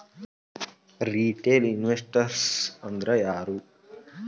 Retail investors ಅಂದ್ರಾ ಯಾರು?